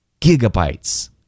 gigabytes